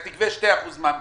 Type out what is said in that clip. אז תגבה 2% מע"מ,